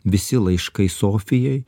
visi laiškai sofijai